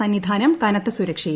സന്നിധാനം കനത്ത സുരക്ഷയിൽ